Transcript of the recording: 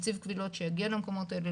נציב קבילות שיגיע למקומות האלה,